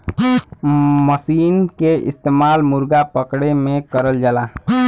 मसीन के इस्तेमाल मुरगा पकड़े में करल जाला